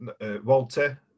Walter